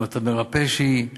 אם אתה מרפא איזו